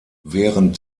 während